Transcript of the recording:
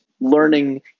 learning